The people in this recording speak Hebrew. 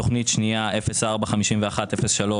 תכנית 045103